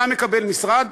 אתה מקבל משרד,